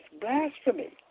blasphemy